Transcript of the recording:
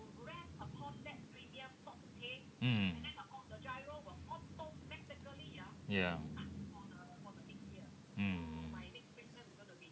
mm ya mm mm